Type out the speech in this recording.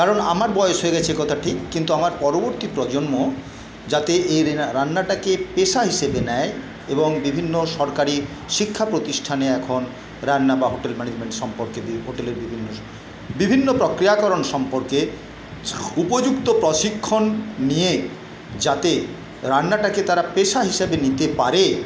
কারণ আমার বয়স হয়ে গেছে এ কথা ঠিক কিন্তু আমার পরবর্তী প্রজন্ম যাতে এই রান্নাটাকে পেশা হিসেবে নেয় এবং বিভিন্ন সরকারি শিক্ষা প্রতিষ্ঠানে এখন রান্না বা হোটেল ম্যানেজমেন্ট সম্পর্কে বিভিন্ন প্রক্রিয়াকরণ সম্পর্কে উপযুক্ত প্রশিক্ষণ নিয়ে যাতে রান্নাটাকে তারা পেশা হিসাবে নিতে পারে